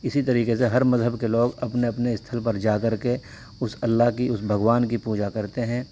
اسی طریقے سے ہر مذہب کے لوگ اپنے اپنے استھل پر جا کر کے اس اللہ کی اس بھگوان کی پوجا کرتے ہیں